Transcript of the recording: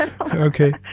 Okay